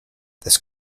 this